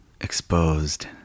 Exposed